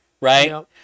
Right